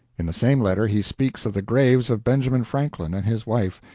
in the same letter he speaks of the graves of benjamin franklin and his wife,